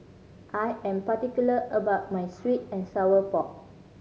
I am particular about my sweet and sour pork